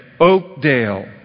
Oakdale